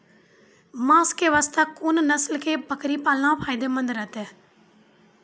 मांस के वास्ते कोंन नस्ल के बकरी पालना फायदे मंद रहतै?